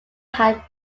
had